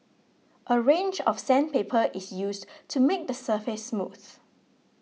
a range of sandpaper is used to make the surface smooth